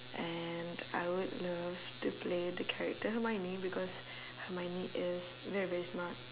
and I would love to play the character hermione because hermione is very very smart